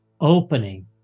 opening